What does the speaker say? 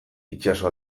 itsaso